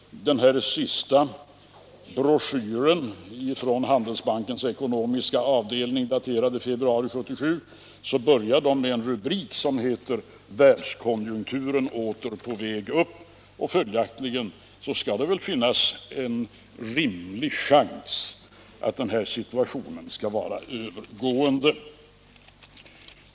Den senaste broschyren från Handelsbankens ekonomiska avdelning, daterad i februari 1977, har rubriken ”Världskonjunkturen åter på väg uppåt”. Följaktligen skall det finnas en rimlig chans att den nuvarande situationen är övergående.